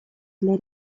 для